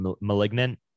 malignant